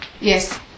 Yes